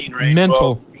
mental